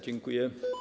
Dziękuję.